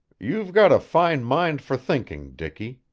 you've got a fine mind for thinking, dicky,